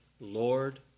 Lord